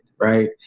right